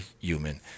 human